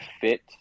fit